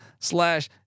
slash